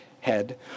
head